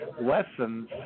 lessons